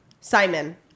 Simon